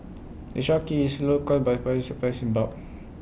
the shop keeps its local by buying its supplies in bulk